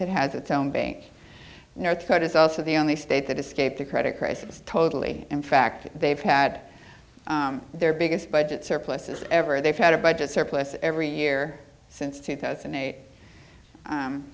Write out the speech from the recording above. that has its own bank north dakota is also the only state that escaped the credit crisis totally in fact they've had their biggest budget surpluses ever they've had a budget surplus every year since two thousand and eight